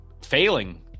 Failing